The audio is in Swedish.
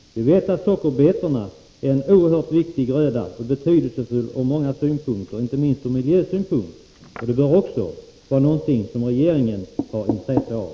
Vi vet att sockerbetor är en oerhört viktig gröda som är betydelsefull ur många synpunkter, inte minst ur miljösynpunkt. Det bör också vara någonting som regeringen har intresse av.